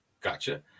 gotcha